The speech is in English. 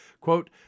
Quote